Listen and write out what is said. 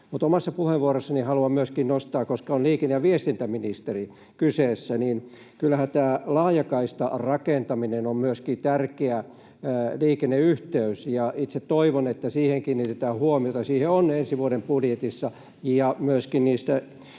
omassa puheenvuorossani haluan myöskin nostaa esiin, koska on liikenne- ja viestintäministeri kyseessä, että kyllähän tämä laajakaistarakentaminen on myöskin tärkeä liikenneyhteys, ja itse toivon, että siihen kiinnitetään huomiota. Siihen on ensi vuoden budjetista